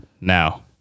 now